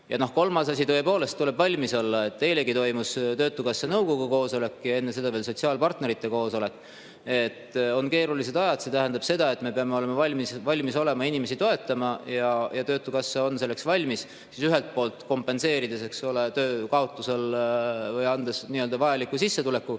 kolmas asi – tõepoolest, tuleb valmis olla. Eilegi toimus töötukassa nõukogu koosolek ja enne seda veel sotsiaalpartnerite koosolek. On keerulised ajad. See tähendab seda, et me peame olema valmis inimesi toetama. Töötukassa on selleks valmis: ühelt poolt makstes kompensatsiooni töö kaotuse korral või andes vajaliku sissetuleku,